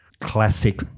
classic